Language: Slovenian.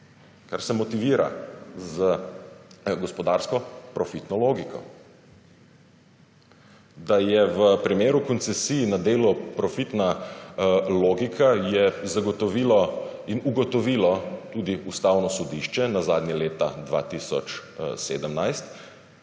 kar se motivira z gospodarsko profitno logiko. Da je v primeru koncesij na delu profitna logika, je zagotovilo in ugotovilo tudi Ustavno sodišče, nazadnje leta 2017,